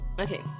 Okay